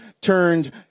turned